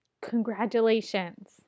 congratulations